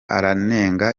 aranenga